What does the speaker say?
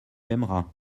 aimeras